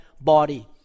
body